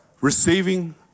receiving